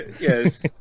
Yes